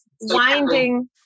winding